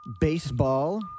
baseball